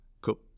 Cool